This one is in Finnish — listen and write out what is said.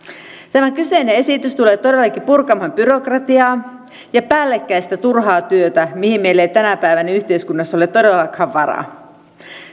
tämä kyseinen esitys tulee todellakin purkamaan byrokratiaa ja päällekkäistä turhaa työtä mihin meillä ei tänä päivänä yhteiskunnassa ole todellakaan varaa